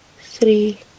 three